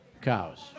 cows